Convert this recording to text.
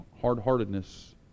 hard-heartedness